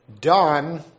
done